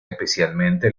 especialmente